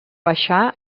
baixar